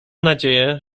nadzieję